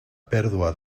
pèrdua